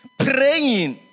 praying